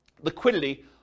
liquidity